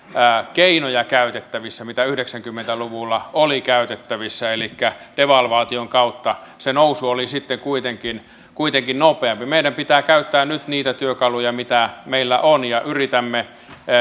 keinoja käytettävissä mitä yhdeksänkymmentä luvulla oli käytettävissä elikkä devalvaation kautta se nousu oli sitten kuitenkin kuitenkin nopeampi meidän pitää käyttää nyt niitä työkaluja mitä meillä on ja yritämme